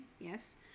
Yes